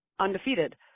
undefeated